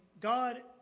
God